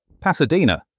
Pasadena